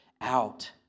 out